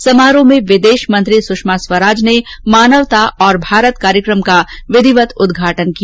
इस समारोह में विदेश मंत्री सुषमा स्वराज ने मानवता और भारत कार्यक्रम का विधिवत उद्घाटन किया